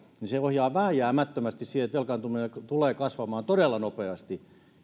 niin se ohjaa vääjäämättömästi siihen että velkaantuminen tulee kasvamaan todella nopeasti